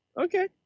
Okay